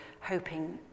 hoping